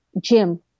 Jim